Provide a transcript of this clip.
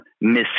Miss